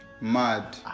mad